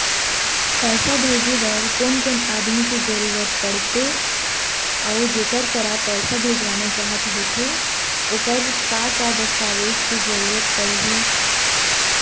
पैसा भेजे बार कोन कोन आदमी के जरूरत पड़ते अऊ जेकर करा पैसा भेजवाना चाहत होथे ओकर का का दस्तावेज के जरूरत पड़ही?